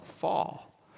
fall